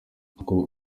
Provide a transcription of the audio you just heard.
ngo